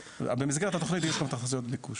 במסגרת התכנית ישנן גם תחזיות ביקוש.